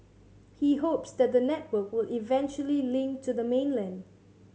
he hopes that the network will eventually link to the mainland